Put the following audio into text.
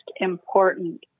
important